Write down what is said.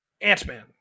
Ant-Man